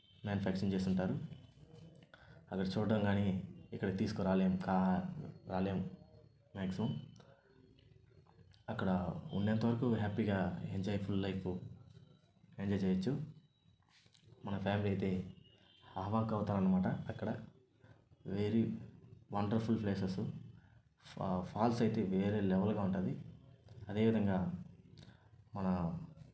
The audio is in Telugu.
మ్యానుఫ్యాక్చరింగ్ చేసింటారు అక్కడ చూడడం కానీ ఇక్కడ తీసుకోరాలేము రాలేము మాక్సిమం అక్కడ ఉన్నంత వరకు హ్యాపీగా ఎంజాయ్ ఫుల్ లైఫ్ ఎంజాయ్ చేయొచ్చు మన ఫ్యామిలీ అయితే అవాక్కు అవుతారనమాట అక్కడ వెరీ వండర్ఫుల్ ప్లేసెస్ ఫా ఫాల్స్ అయితే వేరే లెవెల్గా ఉంటుంది అదేవిధంగా మన